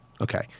Okay